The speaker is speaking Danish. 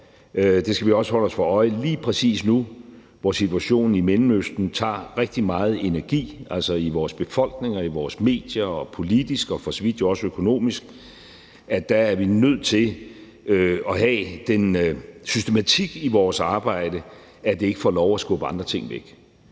det skal vi også holde os for øje lige præcis nu, hvor situationen i Mellemøsten tager rigtig meget energi i vores befolkninger, i vores medier og politisk og jo for så vidt også økonomisk, altså at vi er nødt til at have den systematik i vores arbejde, at det ikke får lov at skubbe andre ting væk.